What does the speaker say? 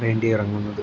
വേണ്ടിയിറങ്ങുന്നത്